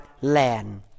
land